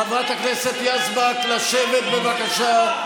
חברת הכנסת יזבק, לשבת, בבקשה.